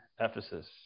Ephesus